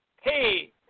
hey